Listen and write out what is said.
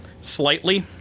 slightly